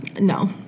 No